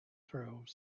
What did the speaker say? through